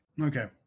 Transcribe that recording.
Okay